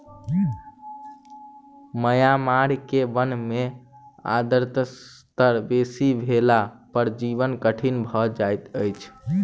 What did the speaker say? Myanmar के वन में आर्द्रता स्तर बेसी भेला पर जीवन कठिन भअ जाइत अछि